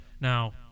Now